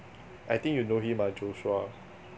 I think you know him ah joshua